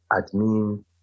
admin